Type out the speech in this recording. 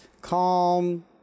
calm